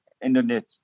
internet